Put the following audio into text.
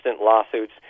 lawsuits